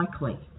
likely